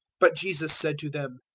but jesus said to them,